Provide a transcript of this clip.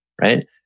Right